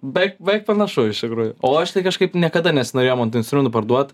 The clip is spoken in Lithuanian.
beveik beveik panašu iš tikrųjų o aš tai kažkaip niekada nesinorėjo man tų instrumentų parduot